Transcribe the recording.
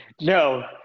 No